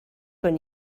when